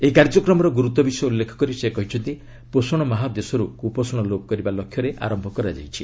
ଏହି କାର୍ଯ୍ୟକ୍ରମର ଗୁରୁତ୍ୱ ବିଷୟ ଉଲ୍ଲେଖ କରି ସେ କହିଛନ୍ତି ପୋଷଣ ମାହ ଦେଶରୁ କ୍ପୋଷଣ ଲୋପ କରିବା ଲକ୍ଷ୍ୟରେ ଆରମ୍ଭ କରାଯାଇଛି